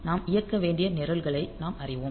நாம் இயக்க வேண்டிய நிரல்களை நாம் அறிவோம்